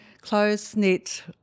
close-knit